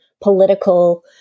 political